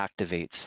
activates